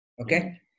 Okay